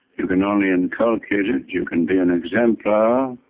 you can only and inculcate it, you can be an exemplar,